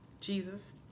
Jesus